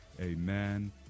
amen